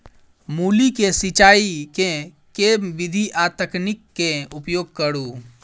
मूली केँ सिचाई केँ के विधि आ तकनीक केँ उपयोग करू?